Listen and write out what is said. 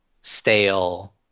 stale